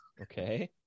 Okay